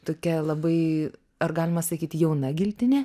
tokia labai ar galima sakyt jauna giltinė